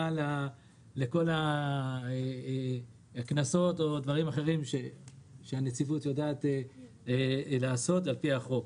לכל הקנסות ודברים אחרים שהנציבות יודעת לעשות על פי החוק.